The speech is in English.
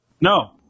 No